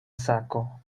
sako